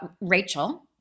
Rachel